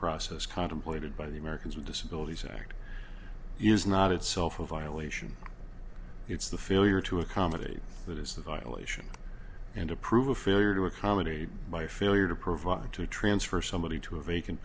process contemplated by the americans with disabilities act is not itself a violation it's the failure to accommodate that is the violation and approve of failure to accommodate by failure to provide to a transfer somebody to a vacant